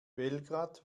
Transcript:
belgrad